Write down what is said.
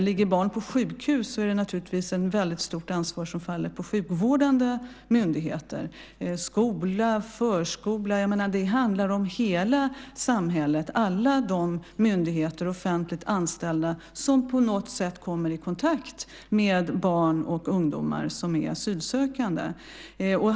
Ligger barn på sjukhus faller det naturligtvis ett väldigt stort ansvar på sjukvårdande myndigheter och på skola och förskola. Det handlar om hela samhället, alla de myndigheter och offentligt anställda som på något sätt kommer i kontakt med barn och ungdomar som är asylsökande.